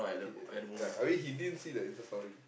he E~ E~ ya I mean he didn't see the Insta story